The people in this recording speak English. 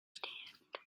standard